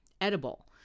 edible